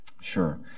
Sure